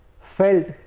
felt